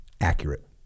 accurate